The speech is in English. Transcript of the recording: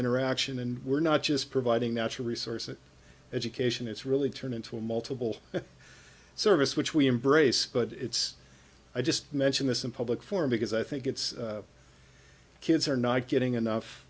interaction and we're not just providing natural resources education it's really turned into a multiple service which we embrace but it's i just mention this in public forum because i think it's kids are not getting enough